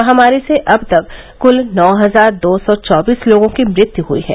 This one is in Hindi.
महामारी से अब तक कुल नौ हजार दो सौ चौबीस लोगों की मृत्यु हुई है